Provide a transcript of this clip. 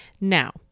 Now